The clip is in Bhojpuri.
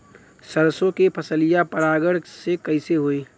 सरसो के फसलिया परागण से कईसे होई?